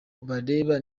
bareba